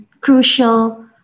crucial